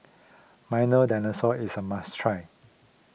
Milo Dinosaur is a must try